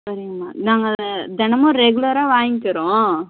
சரிங்க நான் நாங்கள் தினமும் ரெகுலராக வாங்கிக்குறோம்